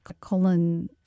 colon